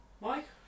Mike